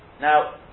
Now